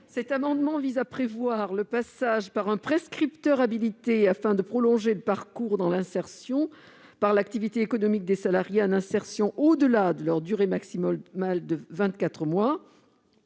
un amendement visant à prévoir le passage par un prescripteur habilité, afin de prolonger les parcours dans l'insertion par l'activité économique des salariés en insertion, en lieu et place de Pôle